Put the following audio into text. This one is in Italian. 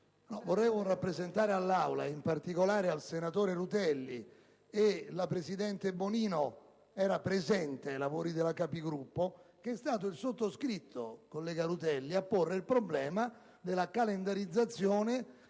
vorrei rappresentare all'Assemblea, e in particolare al senatore Rutelli - la presidente Bonino era presente ai lavori della Capigruppo - che è stato il sottoscritto - collega Rutelli - a porre il problema della calendarizzazione